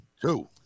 two